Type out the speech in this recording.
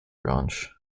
branch